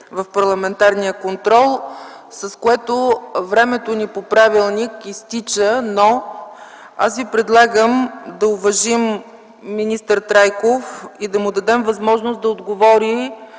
парламентарен контрол. Времето ни по правилник изтича, но аз ви предлагам да уважим министър Трайков и да му дадем възможност да отговори